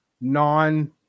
non